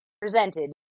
presented